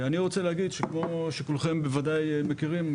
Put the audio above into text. כמו שכולכם בוודאי מכירים,